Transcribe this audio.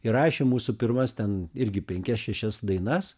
įrašė mūsų pirmas ten irgi penkias šešias dainas